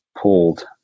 pulled